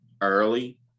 early